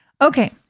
Okay